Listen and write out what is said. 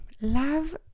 love